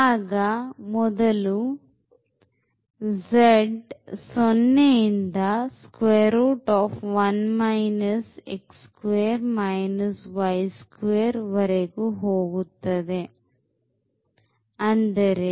ಆಗ ಮೊದಲು z 0 ಇಂದ ಅಂದರೆ